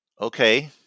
Okay